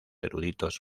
eruditos